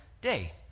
day